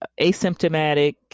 asymptomatic